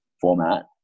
format